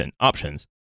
options